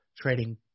trading